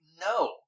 No